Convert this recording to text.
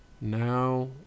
Now